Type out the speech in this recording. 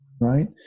right